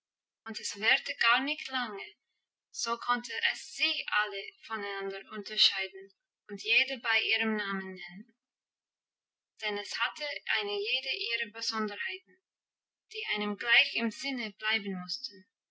und es währte gar nicht lange so konnte es sie alle voneinander unterscheiden und jede bei ihrem namen nennen denn es hatte eine jede ihre besonderheiten die einem gleich im sinne bleiben mussten